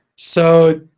so